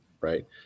Right